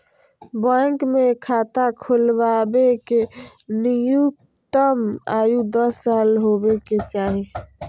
bank मे खाता खोलबावे के न्यूनतम आयु दस साल होबे के चाही